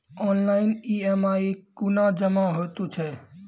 Online EMI कूना जमा हेतु छै?